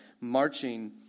marching